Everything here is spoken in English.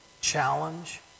challenge